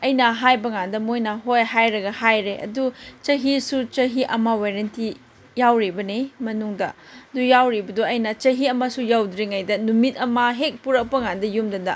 ꯑꯩꯅ ꯍꯥꯏꯕ ꯀꯥꯟꯗ ꯃꯣꯏꯅ ꯍꯣꯏ ꯍꯥꯏꯔꯒ ꯍꯥꯏꯔꯦ ꯑꯗꯨ ꯆꯍꯤꯁꯨ ꯆꯍꯤ ꯑꯃ ꯋꯥꯔꯦꯟꯇꯤ ꯋꯥꯎꯔꯤꯕꯅꯤ ꯃꯅꯨꯡꯗ ꯑꯗꯨ ꯌꯥꯎꯔꯤꯕꯗꯨ ꯑꯩꯅ ꯆꯍꯤ ꯑꯃꯁꯨ ꯌꯧꯗ꯭ꯔꯤꯉꯩꯗ ꯅꯨꯃꯤꯠ ꯑꯃ ꯍꯦꯛ ꯄꯨꯔꯛꯄ ꯀꯥꯟꯗ ꯌꯨꯝꯗꯨꯗ